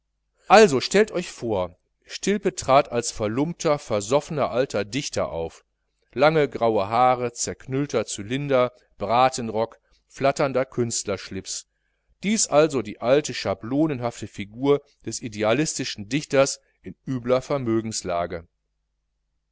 also stellt euch vor stilpe trat als verlumpter versoffener alter dichter auf lange graue haare zerknüllter cylinder bratenrock flatternder künstlershlips dies also die alte schablonenhafte figur des idealistischen dichters in übler vermögenslage